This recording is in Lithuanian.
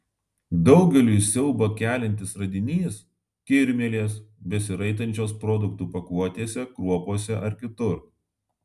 daugeliui siaubą keliantis radinys kirmėlės besiraitančios produktų pakuotėse kruopose ar kitur